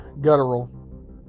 guttural